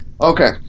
Okay